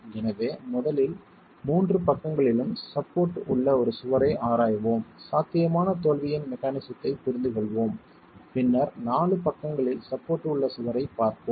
எனவே முதலில் 3 பக்கங்களிலும் சப்போர்ட் உள்ள ஒரு சுவரை ஆராய்வோம் சாத்தியமான தோல்வியின் மெக்கானிசத்தைப் புரிந்துகொள்வோம் பின்னர் 4 பக்கங்களில் சப்போர்ட் உள்ள சுவரைப் பார்ப்போம்